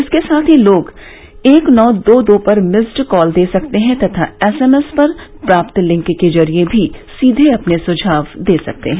इसके साथ ही लोग एक नौ दो दो पर मिस्ड कॉल दे सकते हैं तथा एसएमएस पर प्राप्त लिंक के जरिए भी सीधे अपने सुझाव दे सकते हैं